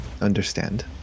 understand